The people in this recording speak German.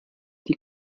die